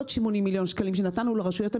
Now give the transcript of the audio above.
עוד 80 מיליון שקלים שנתנו לרשויות המקומיות,